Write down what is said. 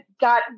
got